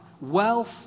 Wealth